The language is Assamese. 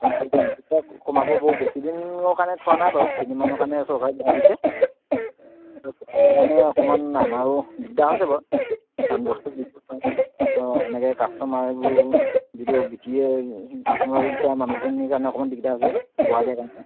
তাত তেতিয়া কমাব বৰ বেছিদিনৰ কাৰণে থোৱা নাই বাৰু কেইদিনমানৰ কাৰণে চৰকাৰে বঢ়াই দিছে সেইটো কাৰণে অকমান আমাৰো দিগদাৰ হৈছে বাৰু কাৰণ বস্তু বিকিবপৰা নাই অঁ এনেকৈ কাষ্টমাৰবোৰ যিটো বিক্ৰীয়ে আপোনাৰ লেখীয়া মানুহখিনিৰ কাৰণে অকমান দিগদাৰ হৈছে বঢ়াই দিয়াৰ কাৰণে